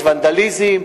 יש ונדליזם,